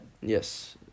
Yes